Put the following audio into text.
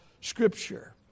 Scripture